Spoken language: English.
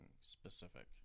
specific